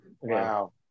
Wow